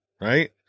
right